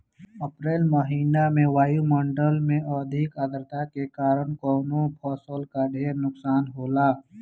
अप्रैल महिना में वायु मंडल में अधिक आद्रता के कारण कवने फसल क ढेर नुकसान होला?